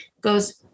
Goes